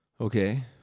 Okay